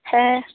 हैं